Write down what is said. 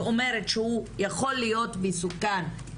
ואומרת שהוא יכול להיות מסוכן,